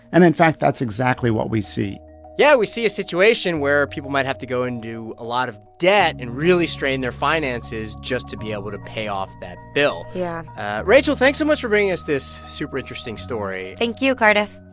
and, in fact, that's exactly what we see yeah, we see a situation where people might have to go into a lot of debt and really strain their finances just to be able to pay off that bill yeah rachel, thanks so much for bringing us this super interesting story thank you, cardiff